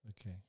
Okay